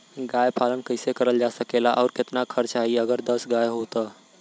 गाय पालन कइसे करल जा सकेला और कितना खर्च आई अगर दस गाय हो त?